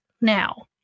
now